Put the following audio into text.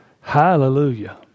Hallelujah